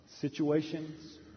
situations